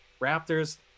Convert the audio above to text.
Raptors